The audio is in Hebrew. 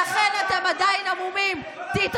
אתם הייתם משוכנעים שאתם תרכיבו ממשלה.